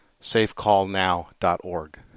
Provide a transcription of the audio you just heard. safecallnow.org